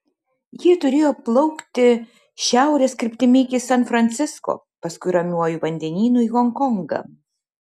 jie turėjo plaukti šiaurės kryptimi iki san francisko paskui ramiuoju vandenynu į honkongą